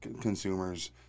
consumers